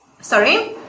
Sorry